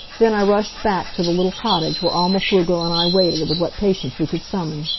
then i rushed back to the little cottage where alma pflugel and i waited with what patience we could summon.